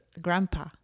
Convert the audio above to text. grandpa